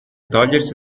togliersi